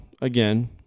again